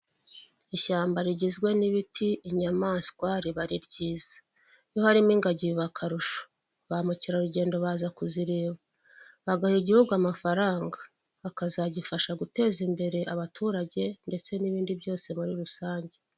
Ishamba rigizwe n'ibiti, inyamanswa riba ari ryiza. Iyo harimo ingagi biba ari akarusho ba mukerarugendo baza kuzireba bagaha igihugu amafaranga akazagifasha guteza imbere abaturage ndetse n'ibindi byose muri rusange.